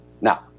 Now